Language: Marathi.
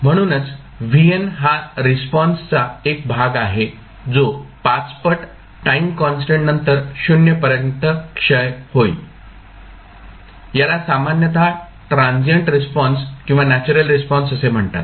म्हणूनच हा रिस्पॉन्सचा एक भाग आहे जो 5 पट टाईम कॉन्स्टंट नंतर 0 पर्यंत क्षय होईल याला सामान्यतः ट्रान्सिएन्ट रिस्पॉन्स किंवा नॅचरल रिस्पॉन्स असे म्हणतात